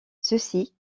ceci